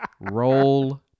Roll